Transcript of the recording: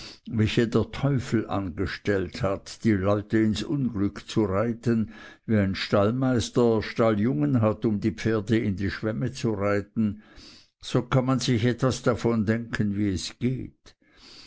welche der teufel angestellt hat die leute ins unglück zu reiten wie ein stallmeister stalljungen hat um die pferde in die schwemme zu reiten so kann man sich etwas davon denken wie es geht